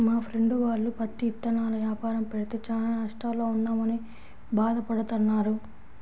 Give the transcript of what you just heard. మా ఫ్రెండు వాళ్ళు పత్తి ఇత్తనాల యాపారం పెడితే చానా నష్టాల్లో ఉన్నామని భాధ పడతన్నారు